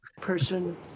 Person